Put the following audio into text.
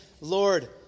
Lord